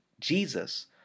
Jesus